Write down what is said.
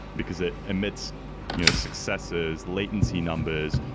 because it emits you know successes, latency numbers,